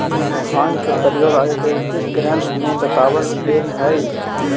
भाँग के प्रयोग आयुर्वेदिक ग्रन्थ में बतावल गेलेऽ हई